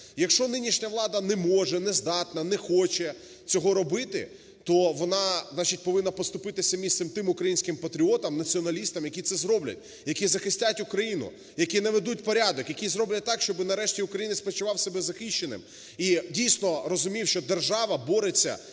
Якщо нинішня влада не може, не здатна, не хоче цього робити, то вона, значить, повинна поступитися місцем тим українським патріотам, націоналістам, які це зроблять, які захистять Україну, які наведуть порядок, які зроблять так, щоб нарешті українець почував себе захищеним і, дійсно, розумів, що держава бореться